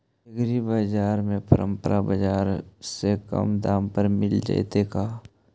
एग्रीबाजार में परमप बाजार से कम दाम पर मिल जैतै का?